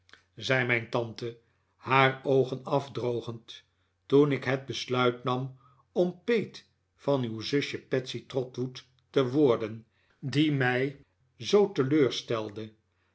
zei mijn tante haar oogen afdrogend toen ik het besluit nam om peet van uw zusje betsey trotwood te worden die mij zoo teleurstelde